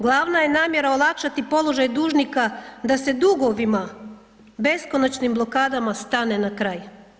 Glavna je namjera olakšati položaj dužnika da se dugovima, beskonačnim blokadama stane na kraj.